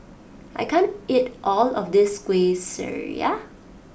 I can't eat all of this Kueh Syara